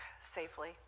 safely